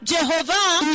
Jehovah